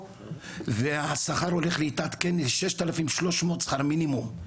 והשכר הולך להתעדכן ל 6,300 ₪ שכר מינימום,